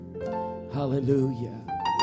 Hallelujah